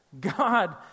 God